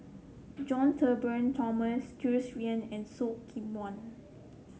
John Turnbull Thomson Tsung Yeh and Khoo Seok Wan